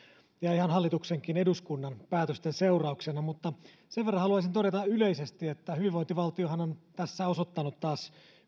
ihan hallituksen eduskunnan päätöstenkin seurauksena sen verran haluaisin todeta yleisesti että hyvinvointivaltiohan on tässä osoittanut taas